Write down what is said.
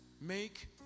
Make